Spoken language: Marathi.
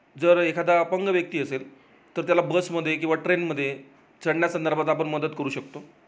जर एखादा अपंग व्यक्ती असेल तर त्याला बसमध्ये किंवा ट्रेनमध्ये चढण्या संदर्भात आपण मदत करू शकतो